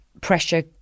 pressure